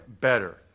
better